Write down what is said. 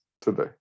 today